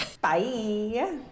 Bye